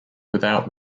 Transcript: without